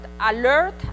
alert